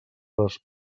les